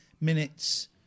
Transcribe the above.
minutes